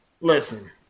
Listen